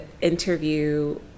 interview